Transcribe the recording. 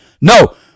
No